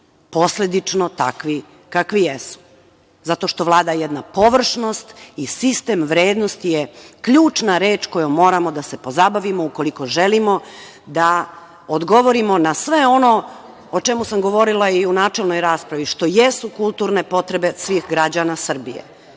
posledično takvi kakvi jesu zato što vlada jedna površnost i sistem vrednosti je ključna reč kojoj moramo da se pozabavimo ukoliko želimo da odgovorimo na sve ono o čemu sam govorila i u načelnoj raspravi, što jesu kulturne potrebe svih građana Srbija.